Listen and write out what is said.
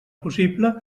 possible